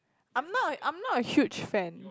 I'm not a I'm not a huge fan